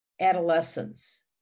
adolescence